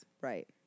Right